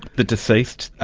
the deceased,